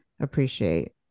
appreciate